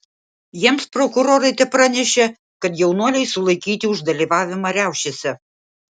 jiems prokurorai tepranešė kad jaunuoliai sulaikyti už dalyvavimą riaušėse